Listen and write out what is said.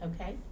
okay